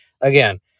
again